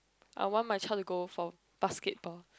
I want my child to go for basketball